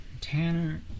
Tanner